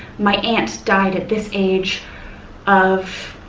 my aunt died at this age of,